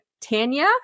Tanya